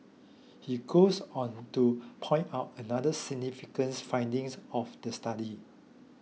he goes on to point out another significant findings of the study